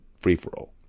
free-for-all